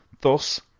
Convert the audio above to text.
thus